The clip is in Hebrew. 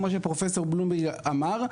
כמו שפרופסור בלומברג אמר.